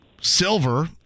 Silver